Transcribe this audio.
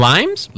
Limes